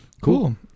Cool